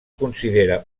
considera